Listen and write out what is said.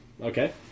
Okay